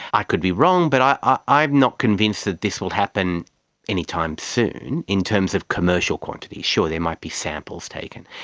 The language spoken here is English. i could be wrong but i'm not convinced that this will happen any time soon in terms of commercial quantities. sure, there might be samples taken.